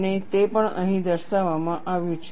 અને તે પણ અહીં દર્શાવવામાં આવ્યું છે